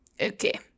Okay